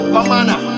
Bamana